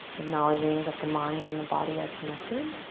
acknowledging that the mind and the body are connected.